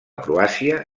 croàcia